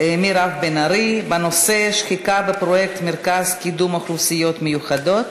מירב בן ארי בנושא: שחיקה בפרויקט מרכז קידום אוכלוסיות מיוחדות.